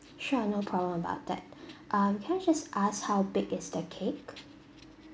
sure no problem about that um can I just ask how big is the cake